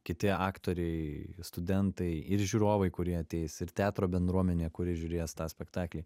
kiti aktoriai studentai ir žiūrovai kurie ateis ir teatro bendruomenė kuri žiūrės tą spektaklį